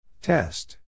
Test